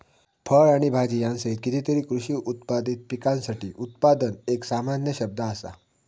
फळ आणि भाजीयांसहित कितीतरी कृषी उत्पादित पिकांसाठी उत्पादन एक सामान्य शब्द असा